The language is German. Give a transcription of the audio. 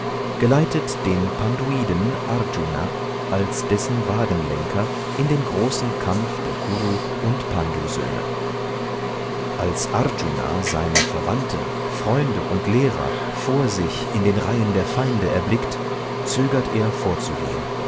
geleitet den pnduiden arjuna als dessen wagenlenker in den großen kampf der kuru und pndu söhne als arjuna seine verwandten freunde und lehrer vor sich in den reihen der feinde erblickt zögert er vorzugehen